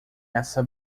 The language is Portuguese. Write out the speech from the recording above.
essa